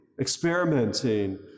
experimenting